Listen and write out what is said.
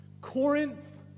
Corinth